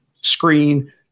screen –